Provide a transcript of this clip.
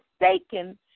mistaken